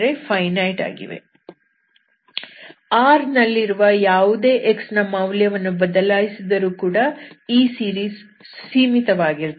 R ನಲ್ಲಿರುವ ಯಾವುದೇ x ನ ಮೌಲ್ಯವನ್ನು ಬದಲಾಯಿಸಿದರೂ ಕೂಡ ಈ ಸೀರೀಸ್ ಸೀಮಿತವಾಗಿರುತ್ತದೆ